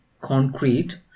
concrete